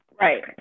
Right